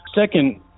Second